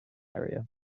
area